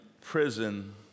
prison